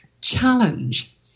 challenge